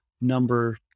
number